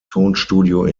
tonstudio